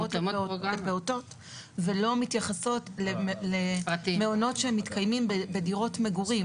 לפעוטות ולא מתייחסות למעונות שמתקיימים בדירות מגורים.